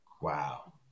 Wow